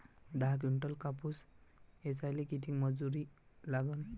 दहा किंटल कापूस ऐचायले किती मजूरी लागन?